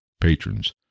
patrons